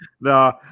No